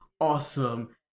awesome